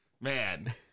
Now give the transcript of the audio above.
Man